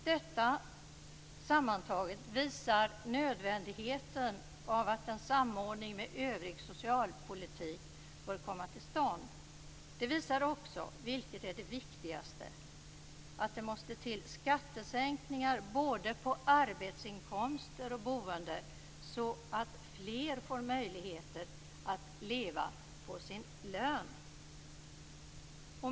Detta sammantaget visar nödvändigheten av att en samordning med övrig socialpolitik bör komma till stånd. Det visar också, vilket är det viktigaste, att det måste till skattesänkningar både på arbetsinkomster och på boende, så att fler får möjligheter att leva på sin lön.